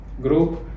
group